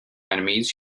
enemies